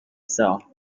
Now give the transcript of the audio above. saw